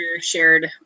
shared